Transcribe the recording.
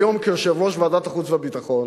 והיום כיושב-ראש ועדת החוץ והביטחון,